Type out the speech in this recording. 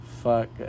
fuck